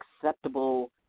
acceptable